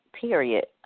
period